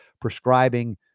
prescribing